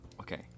Okay